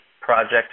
project